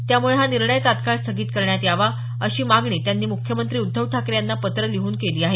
त्यामुळे हा निर्णय तत्काळ स्थगित करण्यात यावा अशी मागणी त्यांनी मुख्यमंत्री उद्धव ठाकरे यांना पत्र लिहून केली आहे